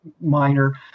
minor